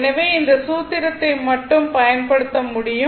எனவே இந்த சூத்திரத்தை மட்டுமே பயன்படுத்த முடியும்